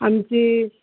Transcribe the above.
आमची